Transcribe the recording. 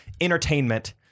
entertainment